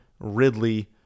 ridley